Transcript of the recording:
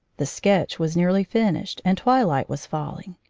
the sketch was nearly finished, and twilight was falling.